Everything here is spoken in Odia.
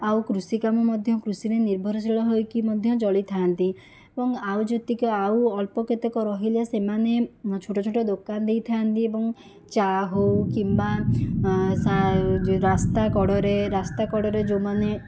ଆଉ କୃଷି କାମ ମଧ୍ୟ କୃଷିରେ ନିର୍ଭରଶୀଳ ହୋଇକି ମଧ୍ୟ ଚଳିଥା'ନ୍ତି ଏବଂ ଆଉ ଯେତେକ ଆଉ ଅଳ୍ପ କେତେକ ରହିଲେ ସେମାନେ ଛୋଟ ଛୋଟ ଦୋକାନ ଦେଇଥା'ନ୍ତି ଏବଂ ଚା' ହେଉ କିମ୍ବା ରାସ୍ତା କଡ଼ରେ ରାସ୍ତା କଡ଼ରେ ଯେଉଁମାନେ